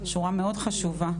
שורה מאוד חשובה.